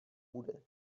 bude